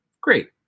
Great